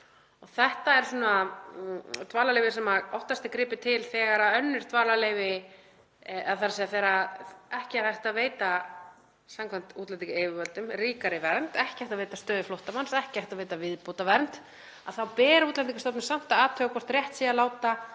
Þetta er svona dvalarleyfi sem oftast er gripið til þegar önnur dvalarleyfi — þ.e. þegar ekki er hægt að veita, samkvæmt útlendingayfirvöldum, ríkari vernd, ekki hægt að veita stöðu flóttamanns, ekki hægt að veita viðbótarvernd, þá ber Útlendingastofnun samt að athuga hvort rétt sé að láta